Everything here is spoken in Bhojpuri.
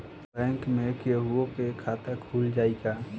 बैंक में केहूओ के खाता खुल जाई का?